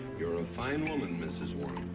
you're a fine woman, mrs. warren,